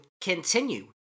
continue